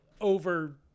over